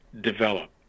develop